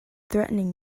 threatening